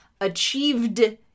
achieved